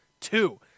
two